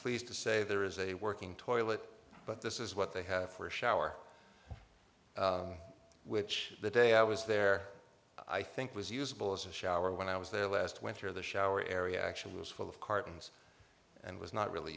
pleased to say there is a working toilet but this is what they have for a shower which the day i was there i think was usable as a shower when i was there last winter the shower area actually was full of cartons and was not really